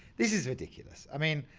this is ridiculous. i mean,